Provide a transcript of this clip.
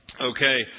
Okay